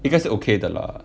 应该是 okay 的 lah